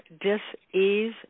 dis-ease